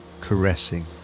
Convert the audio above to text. caressing